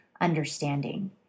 understanding